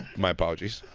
my apologies.